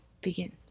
begin